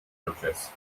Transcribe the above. proces